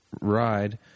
ride